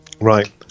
Right